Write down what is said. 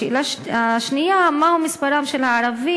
2. מה היה מספר הערבים,